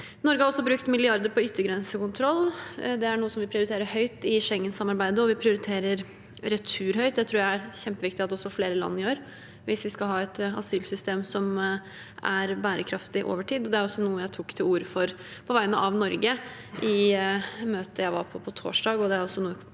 Norge har også brukt milliarder på yttergrensekontroll. Det er noe vi prioriterer høyt i Schengen-samarbeidet, og vi prioriterer retur høyt. Det tror jeg er kjempeviktig at flere land gjør hvis vi skal ha et asylsystem som er bærekraftig over tid. Det var også noe jeg tok til orde for på vegne av Norge i møtet jeg var på sist torsdag,